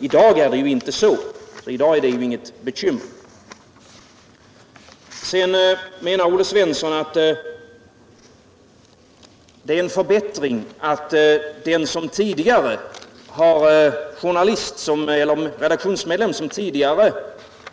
I dag är det ju inte så, varför det nu inte är något bekymmer. Sedan menar Olle Svensson att det är en förbättring att redaktionsmedlem som tidigare